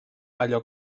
allò